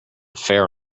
fair